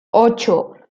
ocho